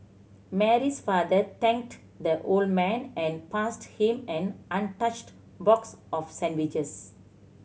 Mary's father thanked the old man and passed him an untouched box of sandwiches